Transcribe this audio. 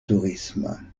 tourisme